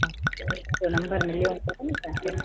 हा हिकु नंबर मिलियो